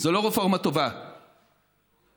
זו לא רפורמה טובה, מצוינת.